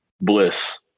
Bliss